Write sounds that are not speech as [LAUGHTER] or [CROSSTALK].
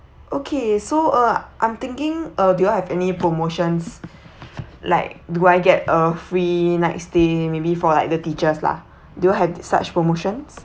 okay so uh I'm thinking uh do you all have any promotions [BREATH] like do I get a free nights stay maybe for like the teachers lah do you all have that such promotions